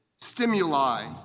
stimuli